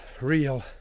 real